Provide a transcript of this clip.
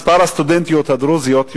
מספר הסטודנטיות הדרוזיות,